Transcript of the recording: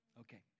Okay